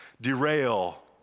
derail